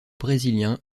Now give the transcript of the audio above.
brésilien